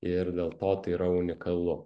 ir dėl to tai yra unikalu